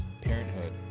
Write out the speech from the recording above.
parenthood